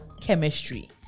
chemistry